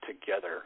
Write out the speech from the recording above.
together